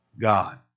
God